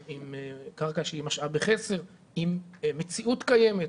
עם קרקע שהיא משאב בחסר, עם מציאות קיימת.